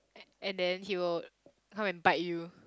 and then he will come and bite you